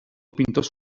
pintors